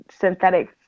synthetic